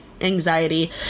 anxiety